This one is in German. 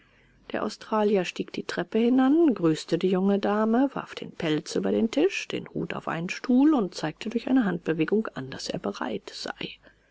der australier stieg die treppe hinan grüßte die junge dame warf den pelz über den tisch den hut auf einen stuhl und zeigte durch eine handbewegung an daß er bereit sei